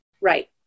Right